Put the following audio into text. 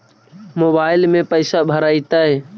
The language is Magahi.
मोबाईल में पैसा भरैतैय?